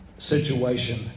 Situation